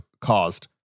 caused